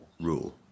rule